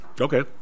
Okay